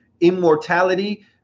immortality